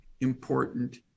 important